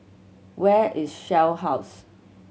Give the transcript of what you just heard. where is Shell House